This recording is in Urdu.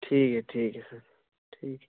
ٹھیک ہے ٹھیک ہے سر ٹھیک ہے